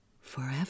forever